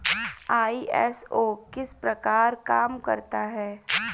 ISO किस प्रकार काम करता है